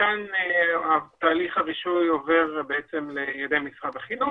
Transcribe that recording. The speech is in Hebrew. מכאן התהליך הראשון עובר לידי משרד החינוך.